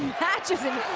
patches in